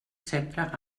sempre